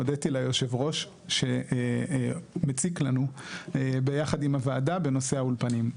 הודיתי ליושב הראש שמציק לנו ביחד עם הוועדה בנושא האולפנים.